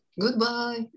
Goodbye